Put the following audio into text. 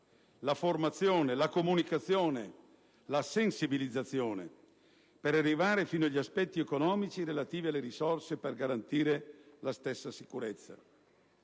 la formazione, la comunicazione, la sensibilizzazione), per arrivare fino agli aspetti economici relativi alle risorse per garantire la stessa sicurezza.